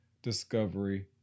discovery